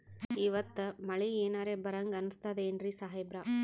ಇವತ್ತ ಮಳಿ ಎನರೆ ಬರಹಂಗ ಅನಿಸ್ತದೆನ್ರಿ ಸಾಹೇಬರ?